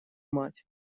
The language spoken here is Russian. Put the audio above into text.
мать